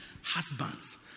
husbands